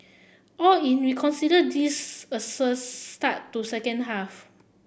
all in we consider this a start to second half